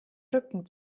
rücken